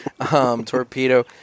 torpedo